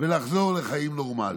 ולחזור לחיים נורמליים.